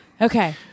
Okay